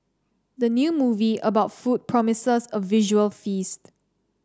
the new movie about food promises a visual feast